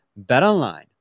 BetOnline